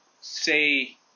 say